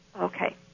Okay